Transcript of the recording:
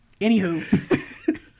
Anywho